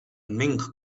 mink